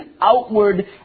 outward